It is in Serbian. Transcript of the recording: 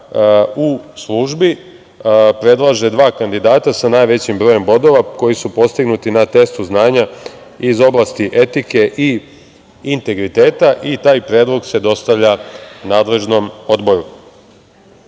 u službi predlaže dva kandidata sa najvećim brojem bodova koji su postignuti na testu znanja iz oblasti etike i integriteta i taj predlog se dostavlja nadležnom odboru. Članom